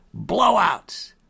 Blowouts